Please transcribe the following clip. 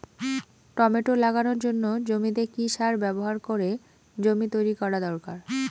Tomato লাগানোর জন্য জমিতে কি সার ব্যবহার করে জমি তৈরি করা দরকার?